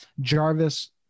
Jarvis